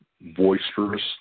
boisterous